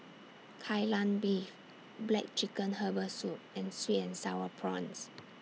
Kai Lan Beef Black Chicken Herbal Soup and Sweet and Sour Prawns